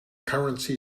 currency